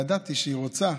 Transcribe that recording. ידעתי שהיא רוצה,